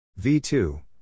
V2